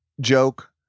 joke